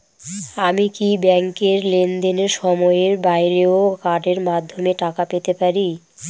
আমি কি ব্যাংকের লেনদেনের সময়ের বাইরেও কার্ডের মাধ্যমে টাকা পেতে পারি?